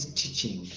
teaching